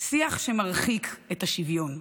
שיח שמרחיק את השוויון,